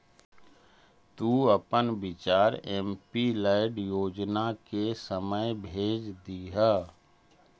तु अपन विचार एमपीलैड योजना के समय भेज दियह